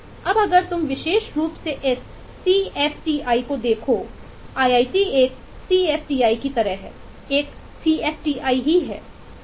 अब अगर तुम विशेष रूप से इस CFTI को देखो IIT एक CFTI की तरह है एक CFTI है